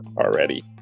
already